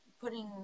putting